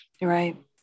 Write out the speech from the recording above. Right